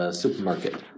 supermarket